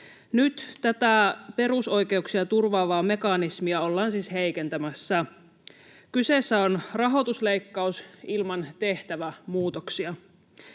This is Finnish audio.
Nyt tätä perusoikeuksia turvaavaa mekanismia ollaan siis heikentämässä. Kyseessä on rahoitusleikkaus ilman tehtävämuutoksia.